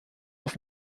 auf